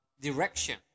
direction